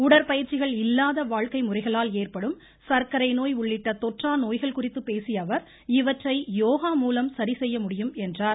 உடற்பயிற்சிகள் இல்லாத வாழ்க்கை முறைகளால் ஏற்படும் சர்க்கரை நோய் உள்ளிட்ட தொற்றா நோய்கள் குறித்து பேசிய அவர் இவற்றை யோகா மூலம் சரிசெய்ய முடியும் என்றார்